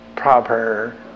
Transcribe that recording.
Proper